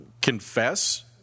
confess